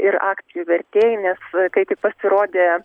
akcijų vertėj nes kai tik pasirodė